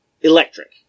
electric